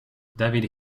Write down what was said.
david